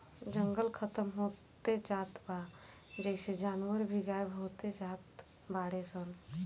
जंगल खतम होत जात बा जेइसे जानवर भी गायब होत जात बाडे सन